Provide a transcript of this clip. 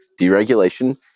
deregulation